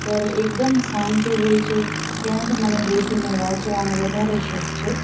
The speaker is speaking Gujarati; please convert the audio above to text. ત્યારે એકદમ શાંતિ હોય છે ત્યાંજ મને બેસીને વાંચવાનો વધારે શોખ છે